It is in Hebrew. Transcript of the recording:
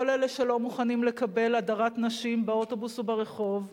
כל אלה שלא מוכנים לקבל הדרת נשים באוטובוס וברחוב,